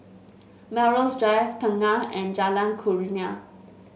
Melrose Drive Tengah and Jalan Kurnia